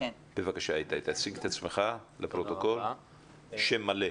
בבקשה איתי תציג את עצמך לפרוטוקול, שם מלא.